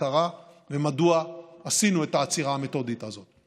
קרה ומדוע עשינו את העצירה המתודית הזאת.